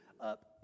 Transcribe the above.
up